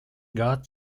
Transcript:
got